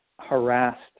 harassed